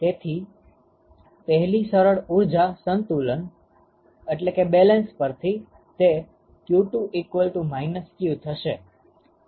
તેથી પહેલી સરળ ઉર્જા સંતુલન પરથી તે q2 થશે